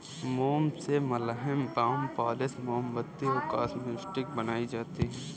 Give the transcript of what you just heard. मोम से मलहम, बाम, पॉलिश, मोमबत्ती और कॉस्मेटिक्स बनाई जाती है